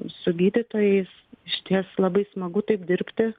su gydytojais išties labai smagu taip dirbti